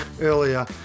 earlier